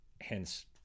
hence